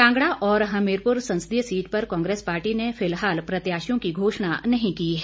कांगड़ा और हमीरपुर संसदीय सीट पर कांग्रेस पार्टी ने फिलहाल प्रत्याशियों की घोषणा नहीं की है